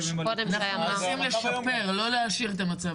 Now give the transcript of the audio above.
אנחנו מנסים לשפר, לא להשאיר את המצב שהיה.